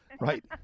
Right